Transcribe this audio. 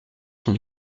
son